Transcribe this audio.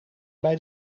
bij